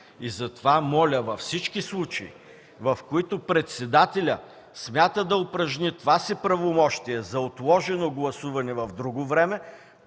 Затова моля във всички случаи, в които председателят смята да упражни това си правомощие за отложено гласуване в друго време,